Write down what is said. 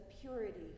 purity